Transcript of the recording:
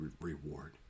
reward